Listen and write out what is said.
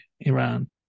Iran